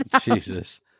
Jesus